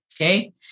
okay